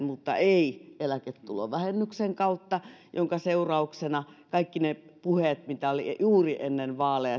mutta ei eläketulovähennyksen kautta minkä seurauksena menivät ihan toiseen suuntaan kaikki ne puheet mitä oli juuri ennen vaaleja